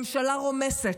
ממשלה רומסת,